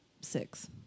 six